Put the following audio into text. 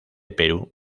perú